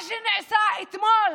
מה שנעשה אתמול